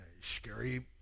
Scary